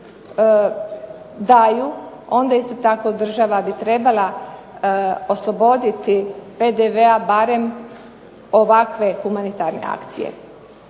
daju onda isto tako država bi trebala osloboditi PDV-a barem ovakve humanitarne akcije.